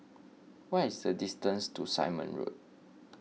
what is the distance to Simon Road